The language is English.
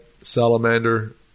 salamander